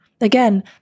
Again